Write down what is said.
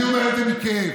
אני אומר את זה בכאב.